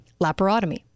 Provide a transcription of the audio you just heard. laparotomy